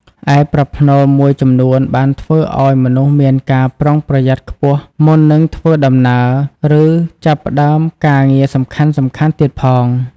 ឯប្រផ្នូលមួយចំនួនបានធ្វើឲ្យមនុស្សមានការប្រុងប្រយ័ត្នខ្ពស់មុននឹងធ្វើដំណើរ ឬចាប់ផ្តើមការងារសំខាន់ៗទៀតផង។